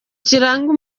kiranga